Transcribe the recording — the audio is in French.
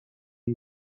une